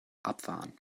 abfahren